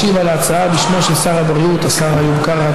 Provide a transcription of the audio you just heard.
משיב על ההצעה, בשמו של שר הבריאות, השר איוב קרא.